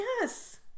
Yes